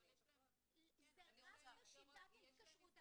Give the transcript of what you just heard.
זה רק בשיטת ההתקשרות.